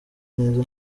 neza